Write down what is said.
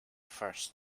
first